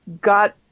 got